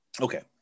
Okay